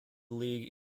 league